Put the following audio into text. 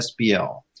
SBL